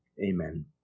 Amen